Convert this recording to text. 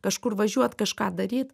kažkur važiuot kažką daryt